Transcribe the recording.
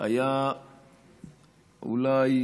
היה אולי